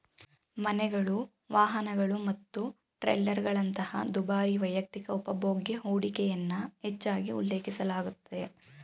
ಮನೆಗಳು, ವಾಹನಗಳು ಮತ್ತು ಟ್ರೇಲರ್ಗಳಂತಹ ದುಬಾರಿ ವೈಯಕ್ತಿಕ ಉಪಭೋಗ್ಯ ಹೂಡಿಕೆಯನ್ನ ಹೆಚ್ಚಾಗಿ ಉಲ್ಲೇಖಿಸಲಾಗುತ್ತೆ